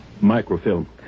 Microfilm